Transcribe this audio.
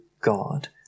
God